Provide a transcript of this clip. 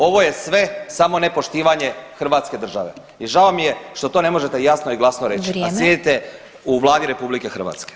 Ovo je sve samo ne poštivanje hrvatske države i žao mi je što to ne možete jasno i glasno reći, a sjedite u Vladi RH.